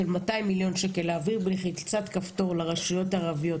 של 200 מיליון ש"ח להעביר בלחיצת כפתור לרשויות הערביות,